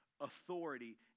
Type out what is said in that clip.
authority